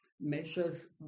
measures